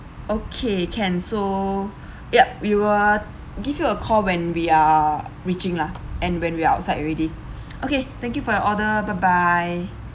okay can so yup we will give you a call when we are reaching lah and when we're outside already okay thank you for your order bye bye